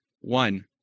One